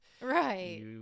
Right